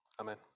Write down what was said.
amen